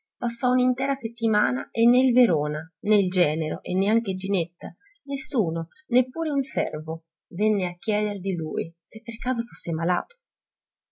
passò un'intera settimana e né il verona né il genero e neanche ginetta nessuno neppure un servo venne a chieder di lui se per caso fosse malato